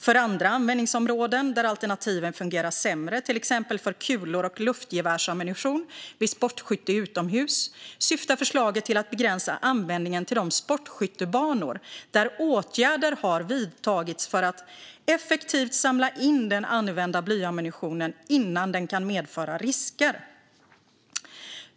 För andra användningsområden, där alternativen fungerar sämre, till exempel för kulor och luftgevärsammunition vid sportskytte utomhus, syftar förslaget till att begränsa användningen till de sportskyttebanor där åtgärder har vidtagits för att effektivt samla in den använda blyammunitionen innan den kan medföra risker.